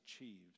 achieved